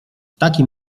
takim